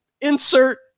insert